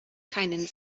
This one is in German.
keinen